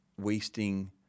wasting